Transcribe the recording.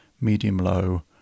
medium-low